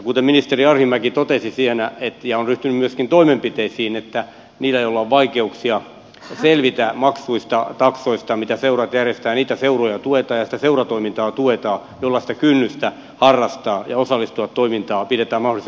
kuten ministeri arhinmäki totesi ja on ryhtynyt myöskin toimenpiteisiin niitä seuroja joilla on vaikeuksia selvitä maksuista taksoista tuetaan ja sitä seuratoimintaa tuetaan jolla sitä kynnystä harrastaa ja osallistua toimintaan pidetään mahdollisimman matalana